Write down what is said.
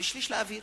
ושליש לאוויר.